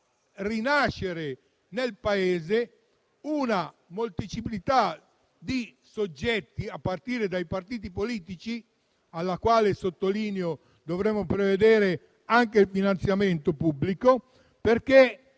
rinascere nel Paese una molteplicità di soggetti, a partire dai partiti politici, per i quali - sottolineo - dovremmo prevedere anche il finanziamento pubblico, perché